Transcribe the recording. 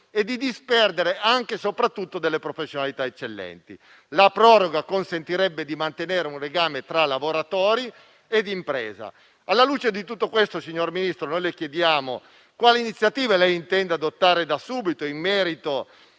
di disperdere delle professionalità eccellenti. La proroga consentirebbe dunque di mantenere un legame tra lavoratori e impresa. Alla luce di tutto questo, signor Ministro, le chiediamo quali iniziative intenda adottare da subito, in merito